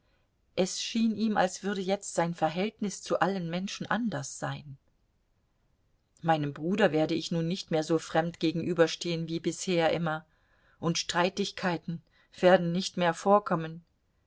es schien ihm als würde jetzt sein verhältnis zu allen menschen anders sein meinem bruder werde ich nun nicht mehr so fremd gegenüberstehen wie bisher immer und streitigkeiten werden nicht mehr vorkommen